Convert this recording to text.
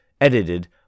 edited